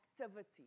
activity